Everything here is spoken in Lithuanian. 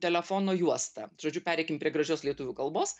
telefono juostą žodžiu pereikim prie gražios lietuvių kalbos